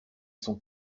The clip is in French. son